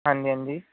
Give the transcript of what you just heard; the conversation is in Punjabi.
ਹਾਂਜੀ ਹਾਂਜੀ